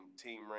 Team